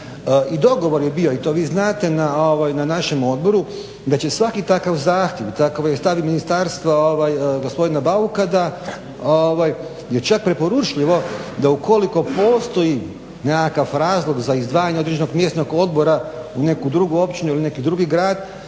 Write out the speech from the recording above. I dogovor je bio i to vi znate na našem odboru da će svaki takav zahtjev i takav je stav ministarstva gospodina Bauka da je čak preporučljivo da ukoliko postoji nekakav razlog za izdvajanje određenog mjesnog odbora u neku drugu općinu ili neki drugi grad,